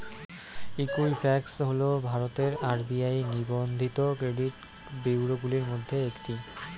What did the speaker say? Equifax হল ভারতের RBI নিবন্ধিত ক্রেডিট ব্যুরোগুলির মধ্যে একটি